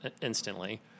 instantly